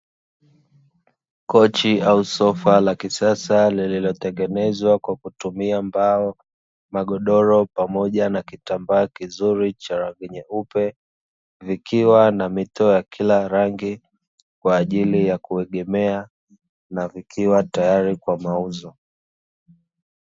Kochi au sofa la kisasa lililotengenezwa kwa kutumia mbao, magodoro pamoja na kitambaa kizuri cha rangi nyeupe, vikiwa na mito ya kila rangi, kwa ajili ya kuegemea na vikiwa tayari kwa mauzo.